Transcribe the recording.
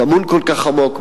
טמון כל כך עמוק,